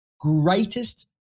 greatest